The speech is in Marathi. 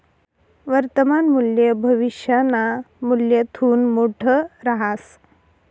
वर्तमान मूल्य भविष्यना मूल्यथून मोठं रहास